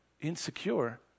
insecure